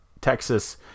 Texas